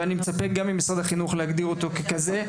ואני מצפה גם ממשרד החינוך להגדיר אותו ככזה,